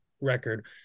record